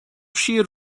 sir